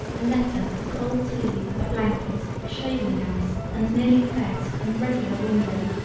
a letter a cold sleeve a blanket a shaving house and nearly the best and regular window.